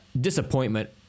Disappointment